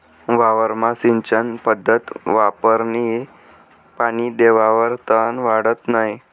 वावरमा सिंचन पध्दत वापरीन पानी देवावर तन वाढत नै